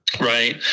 right